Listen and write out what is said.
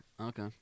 Okay